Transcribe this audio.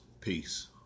Peace